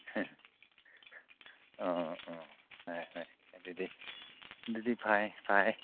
ꯍ ꯑ ꯑ ꯍꯣꯏ ꯍꯣꯏ ꯑꯗꯨꯗꯤ ꯑꯗꯨꯗꯤ ꯐꯔꯦ ꯐꯔꯦ